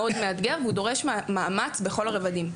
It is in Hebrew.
מאתגר מאוד ודורש מאמץ בכל הרבדים.